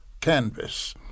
canvas